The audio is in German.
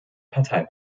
partei